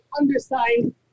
undersigned